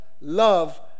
love